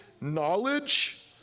knowledge